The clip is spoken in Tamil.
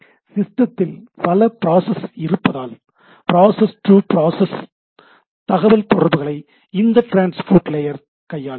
சிஸ்டத்தில் பல ப்ராசஸ் இருப்பதால் ப்ராசஸ் டு ப்ராசஸ் தகவல்தொடர்புகளை இந்த டிரான்ஸ்போர்ட் லேயர்கையாளுகிறது